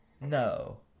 No